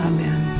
Amen